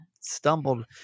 stumbled